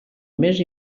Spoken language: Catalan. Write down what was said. més